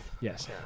Yes